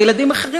וילדים אחרים,